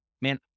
man